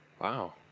wow